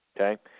Okay